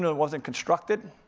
and wasn't constructed,